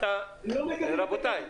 --- רבותיי.